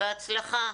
בהצלחה.